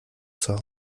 zur